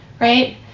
right